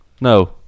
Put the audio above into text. No